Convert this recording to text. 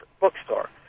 bookstore